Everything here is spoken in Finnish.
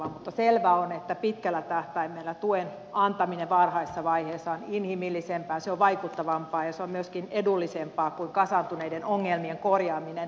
mutta selvää on että pitkällä tähtäimellä tuen antaminen varhaisessa vaiheessa on inhimillisempää se on vaikuttavampaa ja se on myöskin edullisempaa kuin kasaantuneiden ongelmien korjaaminen